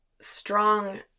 strong